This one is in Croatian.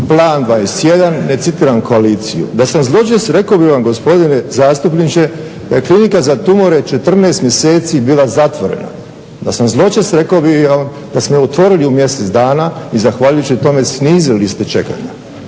Plan 21 i ne citiram koaliciju. Da sam zločest rekao bih vam, gospodine zastupniče, da je Klinika za tumore 14 mjeseci bila zatvorena. Da sam zločest rekao bih vam da smo je otvorili u mjesec dana i zahvaljujući tome snizili liste čekanja.